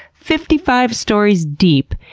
fifty five stories deep,